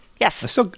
Yes